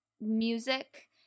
music